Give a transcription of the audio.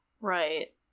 Right